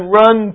run